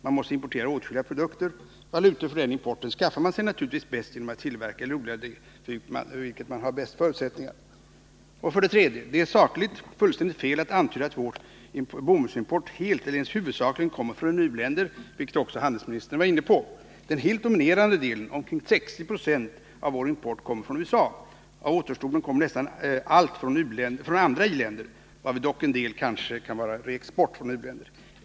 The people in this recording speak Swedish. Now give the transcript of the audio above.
Man måste importera åtskilliga produkter. Valutor för denna import skaffar man sig naturligtvis bäst genom att tillverka eller odla det för vilket man har de bästa förutsättningarna. 3. Det är sakligt fullständigt fel att antyda att vår bomullsimport helt eller ens huvudsakligen kommer från u-länder, vilket också handelsministern var inne på. Den helt dominerande delen, omkring 60 26 av vår import, kommer från USA. Av återstoden kommer nästan allt från andra i-länder, varvid dock en del kanske kan vara reexport från u-länder.